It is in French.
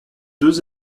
deux